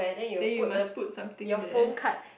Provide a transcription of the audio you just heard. then you must put something there